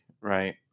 right